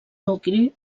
nucli